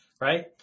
Right